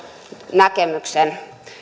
näkemyksen